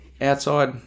outside